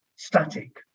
Static